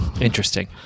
Interesting